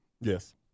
Yes